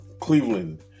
Cleveland